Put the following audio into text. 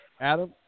Adam